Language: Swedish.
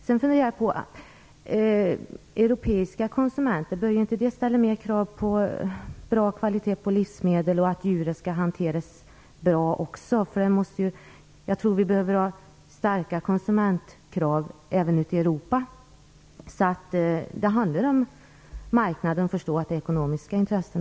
Börjar inte europeiska konsumenter att ställa krav på bra kvalitet på livsmedel och att djuren också skall hanteras bra? Jag tror att det krävs starka konsumentkrav även ute i Europa. Det gäller att få marknaden att förstå att det rör sig om ekonomiska intressen.